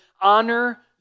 Honor